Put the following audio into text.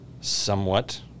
somewhat